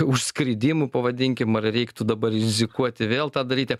užskridimų pavadinkim ar reiktų dabar rizikuoti vėl tą daryti